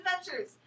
adventures